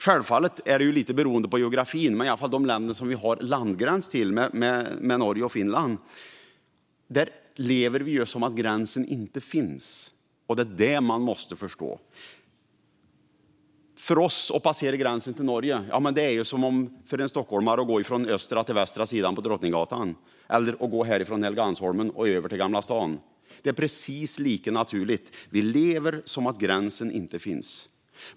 Självfallet beror det på geografin, men på landgränsen till Norge och Finland lever vi som att gränsen inte finns, vilket man måste förstå. För mig att passera gränsen till Norge är som för en stockholmare att gå från östra till västra sidan av Drottninggatan eller från Helgeandsholmen till Gamla stan. Det är precis lika naturligt. Vi lever som sagt som att gränsen inte finns.